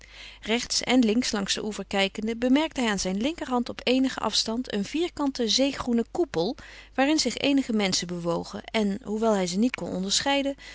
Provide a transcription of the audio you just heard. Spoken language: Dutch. rechts en links langs den oever kijkende bemerkte hij aan zijn linkerhand op eenigen afstand een vierkanten zeegroenen koepel waarin zich eenige menschen bewogen en hoewel hij ze niet kon onderscheiden